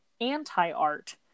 anti-art